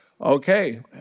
Okay